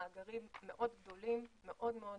מאגרים מאוד גדולים, מאוד מאוד